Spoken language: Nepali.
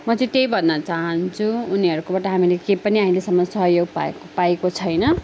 म चाहिँ त्यही भन्न चाहान्छु उनीहरूकोबाट हामीले के पनि अहिलेसम्म सहयोग पाएको पाएको छैन